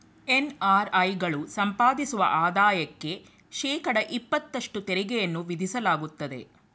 NRI ಗಳು ಸಂಪಾದಿಸುವ ಆದಾಯಕ್ಕೆ ಶೇಕಡ ಇಪತ್ತಷ್ಟು ತೆರಿಗೆಯನ್ನು ವಿಧಿಸಲಾಗುತ್ತದೆ